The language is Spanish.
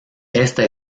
esta